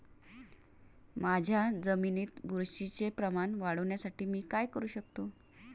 माझ्या जमिनीत बुरशीचे प्रमाण वाढवण्यासाठी मी काय करू शकतो?